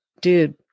dude